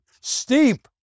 steep